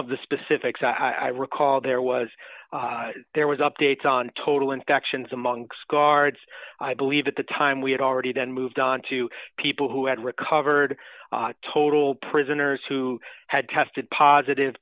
of the specifics as i recall there was there was updates on total infections among scarves i believe at the time we had already then moved on to people who had recovered total prisoners who had tested positive